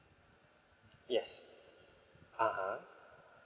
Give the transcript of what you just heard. yes (uh huh)